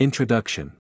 Introduction